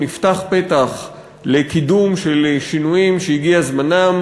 נפתח פתח לקידום של שינויים שהגיע זמנם.